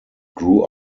grew